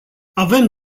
avem